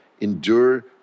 endure